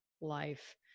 life